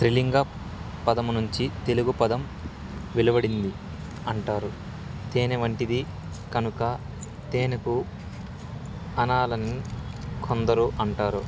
త్రిలింగ పదము నుంచి తెలుగు పదం వెలువడింది అంటారు తేనే వంటిది కనుక తేనుకు అనాలని కొందరు అంటారు